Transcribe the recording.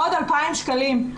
עוד 2,000 שקלים.